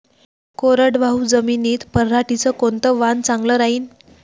कोरडवाहू जमीनीत पऱ्हाटीचं कोनतं वान चांगलं रायीन?